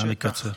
נא לקצר.